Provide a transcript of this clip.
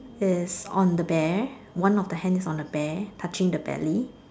is on the bear one of the hand is on the bear touching the belly